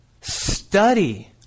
study